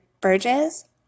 Burgess